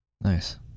nice